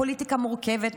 הפוליטיקה מורכבת,